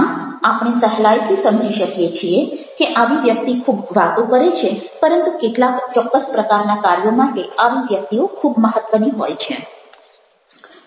આમ આપણે સહેલાઈથી સમજી શકીએ છીએ કે આવી વ્યક્તિ ખૂબ વાતો કરે છે પરંતુ કેટલાક ચોક્કસ પ્રકારના કાર્યો માટે આવી વ્યક્તિઓ ખૂબ મહત્ત્વની હોય છે